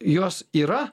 jos yra